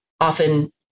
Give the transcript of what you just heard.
often